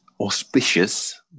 auspicious